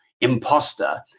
imposter